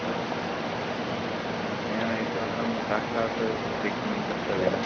ओ मया एकवारं साक्षात् परीक्षणं कर्तव्यं